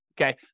Okay